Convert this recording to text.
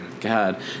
God